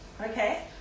okay